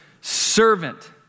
servant